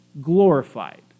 glorified